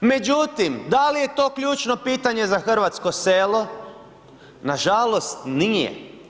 Međutim, da li je to ključno pitanje za hrvatsko selo, nažalost nije.